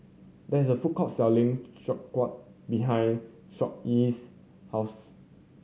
there is a food court selling Sauerkraut behind Sawyer's house